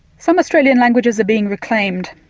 some australian languages are being reclaimed.